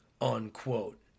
unquote